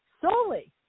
solely